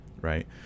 right